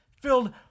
filled